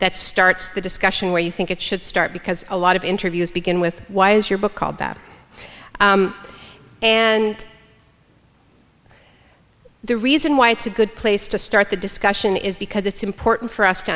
that starts the discussion where you think it should start because a lot of interviews begin with why is your book called that and the reason why it's a good place to start the discussion is because it's important for us to